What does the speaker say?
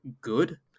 good